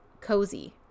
cozy